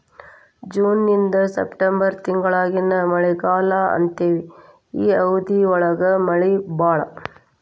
June ಇಂದ September ತಿಂಗಳಾನ ಮಳಿಗಾಲಾ ಅಂತೆವಿ ಈ ಅವಧಿ ಒಳಗ ಮಳಿ ಬಾಳ